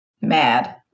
Mad